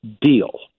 deal